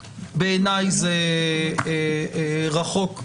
בעיניי, זה רחוק מלספק.